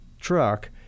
truck